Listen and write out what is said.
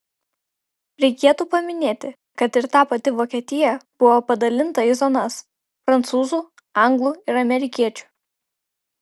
reikėtų paminėti kad ir ta pati vokietija buvo padalinta į zonas prancūzų anglų ir amerikiečių